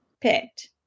picked